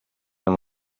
amb